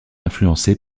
influencé